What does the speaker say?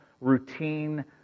routine